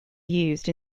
used